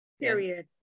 period